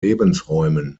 lebensräumen